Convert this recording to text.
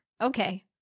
Okay